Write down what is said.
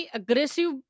aggressive